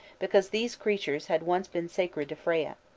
because these creatures had once been sacred to freya.